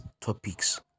topics